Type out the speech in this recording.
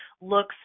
looks